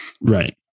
right